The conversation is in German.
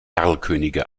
erlkönige